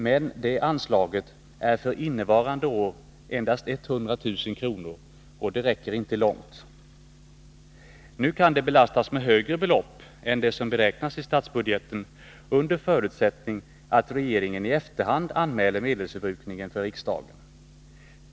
Men det anslaget är för innevarande år endast 100 000 kr., och det räcker inte långt. Nu kan det belastas med högre belopp än det som beräknats i statsbudgeten under förutsättning att regeringen i efterhand anmäler medelsförbrukningen för riksdagen.